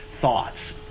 thoughts